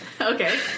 Okay